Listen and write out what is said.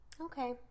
Okay